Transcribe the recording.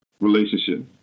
Relationship